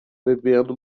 bebendo